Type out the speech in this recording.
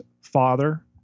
father